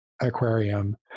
aquarium